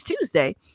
tuesday